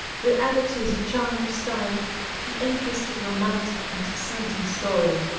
who added to the charm of style the interest of a romantic and exciting story.